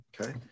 Okay